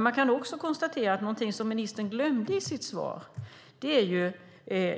Man kan också konstatera att någonting som ministern glömde i sitt svar är